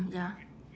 ya